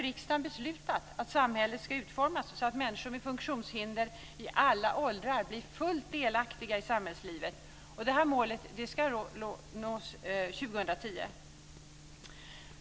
Riksdagen har beslutat att samhället ska utformas så att människor med funktionshinder i alla åldrar blir fullt delaktiga i samhällslivet. Det målet ska nås 2010.